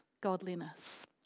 godliness